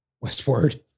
Westward